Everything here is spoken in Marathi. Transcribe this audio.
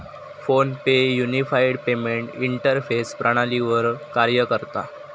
फोन पे युनिफाइड पेमेंट इंटरफेस प्रणालीवर कार्य करता